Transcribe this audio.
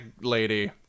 lady